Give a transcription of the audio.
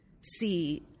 see